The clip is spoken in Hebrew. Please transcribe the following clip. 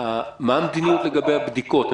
מה המדיניות לגבי הבדיקות?